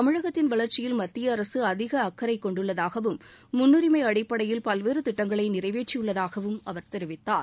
தமிழகத்தின் வளர்ச்சியில் மத்தியஅரசுஅதிகஅக்கறைகொண்டுள்ளதாகவும் முன்னுரிமைஅடிப்படையில் பல்வேறுதிட்டங்களைநிறைவேற்றியுள்ளதாகவும் அவர் தெரிவித்தார்